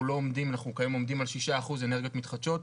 אנחנו כיום עומדים על 6% אנרגיות מתחדשות,